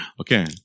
Okay